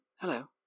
hello